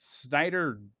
Snyder